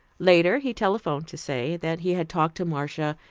later, he telephoned to say that he had talked to marcia,